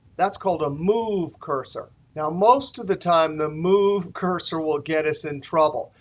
that's called a move cursor. now, most of the time, the move cursor will get us in trouble.